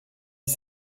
dix